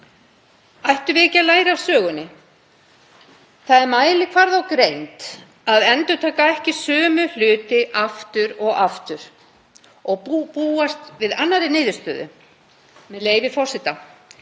Ættum við ekki að læra af sögunni? Það er mælikvarði á greind að endurtaka ekki sömu hlutina aftur og búast við annarri niðurstöðu. Með leyfi forseta: